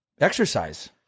Exercise